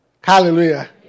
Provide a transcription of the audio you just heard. Hallelujah